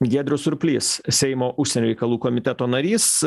giedrius surplys seimo užsienio reikalų komiteto narys